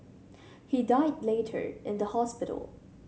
he died later in the hospital